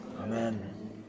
Amen